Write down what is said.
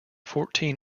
fourteen